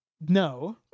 No